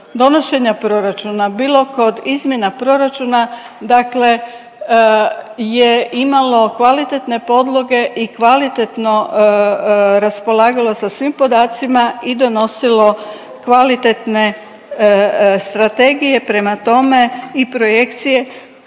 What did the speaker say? donošenja proračuna, bilo kod izmjena proračuna, dakle je imalo kvalitetne podloge i kvalitetno raspolagalo sa svim podacima i donosilo kvalitetne strategije. Prema tome i projekcije